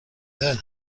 then